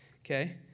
okay